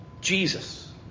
Jesus